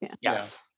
Yes